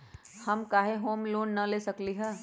हम काहे home loan न ले सकली ह?